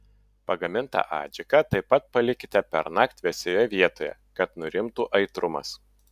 pagamintą adžiką taip pat palikite pernakt vėsioje vietoje kad nurimtų aitrumas